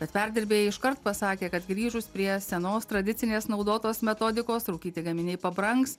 tad perdirbėjai iškart pasakė kad grįžus prie senos tradicinės naudotos metodikos rūkyti gaminiai pabrangs